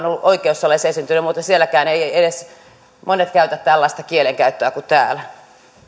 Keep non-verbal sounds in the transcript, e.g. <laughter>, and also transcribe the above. <unintelligible> ollut ja esiintynyt myös oikeussaleissa niin edes sielläkään eivät monet käytä tällaista kieltä kuin täällä